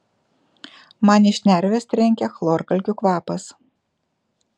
man į šnerves trenkia chlorkalkių kvapas